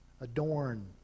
Adorn